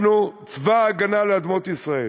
אנחנו צבא ההגנה לאדמות ישראל.